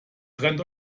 trennt